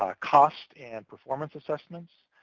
ah cost and performance assessments,